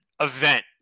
event